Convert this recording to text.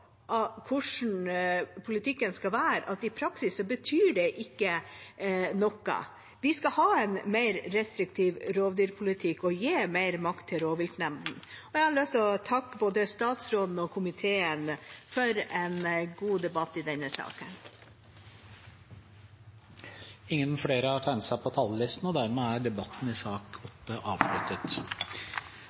hvordan politikken skal være at i praksis betyr det ikke noe. Vi skal ha en mer restriktiv rovdyrpolitikk og gi mer makt til rovviltnemndene. Jeg har lyst til å takke både statsråden og komiteen for en god debatt i denne saken. Flere har ikke bedt om ordet til sak nr. 8. Sakene nr. 9 og